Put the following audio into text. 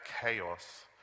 chaos